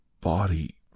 body